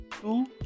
two